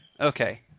Okay